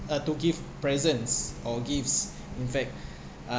uh to give presents or gifts in fact